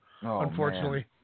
Unfortunately